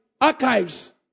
archives